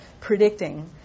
predicting